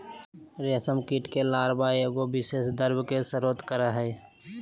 रेशम के कीड़ा के लार्वा एगो विशेष द्रव के स्त्राव करय हइ